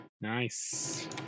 nice